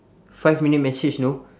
five minute message know